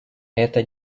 эта